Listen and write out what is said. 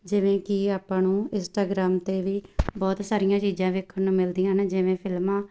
ਜਿਵੇਂ ਕਿ ਆਪਾਂ ਨੂੰ ਇੰਸਟਾਗਰਾਮ 'ਤੇ ਵੀ ਬਹੁਤ ਸਾਰੀਆਂ ਚੀਜ਼ਾਂ ਵੇਖਣ ਨੂੰ ਮਿਲਦੀਆਂ ਨੇ ਜਿਵੇਂ ਫਿਲਮਾਂ